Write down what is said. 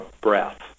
breath